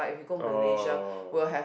oh